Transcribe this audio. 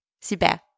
Super